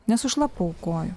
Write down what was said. nesušlapau kojų